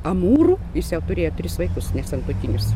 amūrų jis jau turėjo tris vaikus nesantuokinius